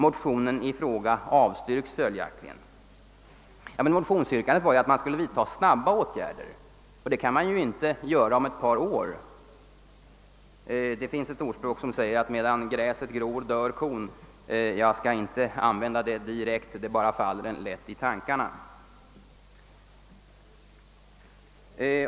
Motionen i fråga avstyrks följaktligen.» Motionsyrkandet var att man nu skulle vidta snabba åtgärder, och det kan man inte göra om ett par år.